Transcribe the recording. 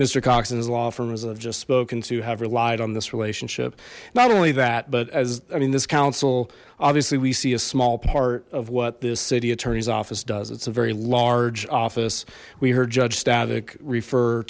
just spoken to have relied on this relationship not only that but as i mean this counsel obviously we see a small part of what this city attorney's office does it's a very large office we heard judge static refer